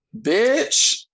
bitch